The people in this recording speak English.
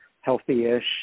healthy-ish